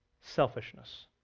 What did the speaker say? selfishness